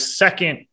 second